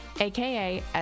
AKA